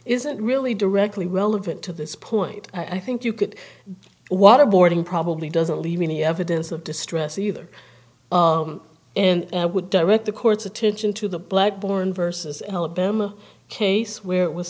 isn't really directly relevant to this point i think you could waterboarding probably doesn't leave any evidence of distress either and i would direct the court's attention to the blood borne versus alabama case where it was